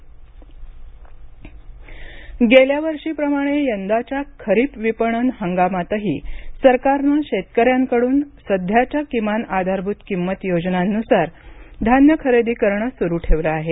खरीप खरेदी गेल्या वर्षीप्रमाणे यंदाच्या खरीप विपणन हंगामातही सरकारनं शेतकऱ्यांकडून सध्याच्या किमान आधारभूत किंमत योजनांनुसार धान्य खरेदी करणं सुरू ठेवले आहे